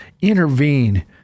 intervene